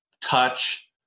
touch